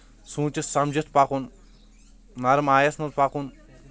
سوٗنٛچِتھ سَمجِتھ پَکُن نَرم آیَس منٛز پَکُن